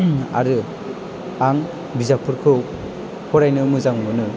आरो आं बिजाबफोरखौ फरायनो मोजां मोनो